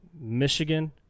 Michigan